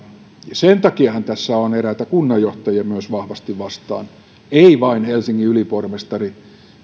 sen takiahan tässä on myös eräitä kunnanjohtajia vahvasti vastaan ei vain helsingin pormestari